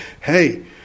Hey